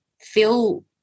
feel